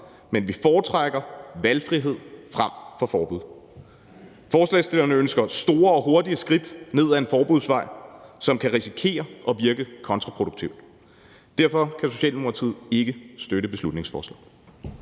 men vi foretrækker valgfrihed frem for forbud. Forslagsstillerne ønsker store og hurtige skridt ned ad en forbudsvej, som vi kan risikere virker kontraproduktivt. Derfor kan Socialdemokratiet ikke støtte beslutningsforslaget.